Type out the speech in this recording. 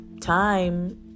time